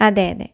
അതെ അതെ